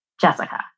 Jessica